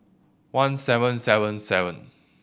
one seven seven seven